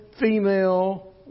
female